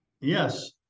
Yes